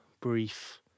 brief